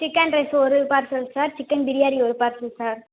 chicken rice ஒரு parcel sir chicken biryani ஒரு parcel sir